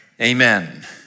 Amen